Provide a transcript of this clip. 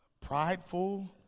Prideful